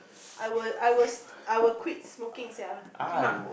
I will I will I will quit smoking sia